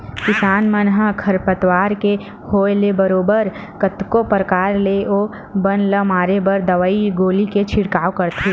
किसान मन ह खरपतवार के होय ले बरोबर कतको परकार ले ओ बन ल मारे बर दवई गोली के छिड़काव करथे